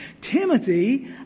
Timothy